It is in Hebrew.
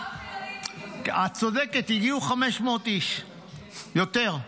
את צודקת, הגיעו 500 איש, יותר.